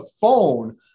phone